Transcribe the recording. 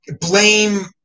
blame –